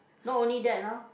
not only that ah